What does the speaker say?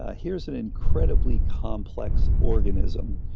ah here's an incredibly complex organism,